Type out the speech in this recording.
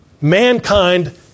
mankind